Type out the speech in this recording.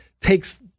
takes